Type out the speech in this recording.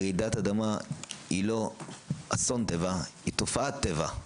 רעידת אדמה היא לא אסון טבע, היא תופעת טבע.